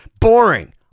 Boring